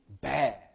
bad